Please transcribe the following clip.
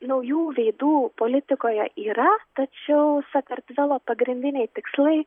naujų veidų politikoje yra tačiau sakartvelo pagrindiniai tikslai